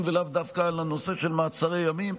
ולאו דווקא על הנושא של מעצרי ימים,